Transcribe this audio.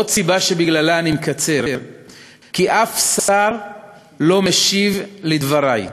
עוד סיבה שבגללה אני מקצר היא כי אף שר לא משיב לדברי.